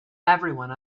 everyone